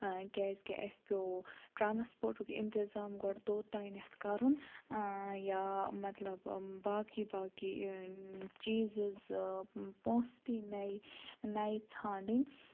کیازِ کہِ اَسہِ پیو ٹرانَسپوٹُک اِنتِظام گۄڈٕ توٚتانیٚتھ کَرُن یا مطلب باقٕے باقٕے چیٖزٕز پونٛسہٕ پی نَیہِ نَیہِ ژھانڈٕنۍ